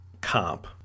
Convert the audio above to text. comp